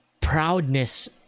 proudness